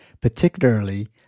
particularly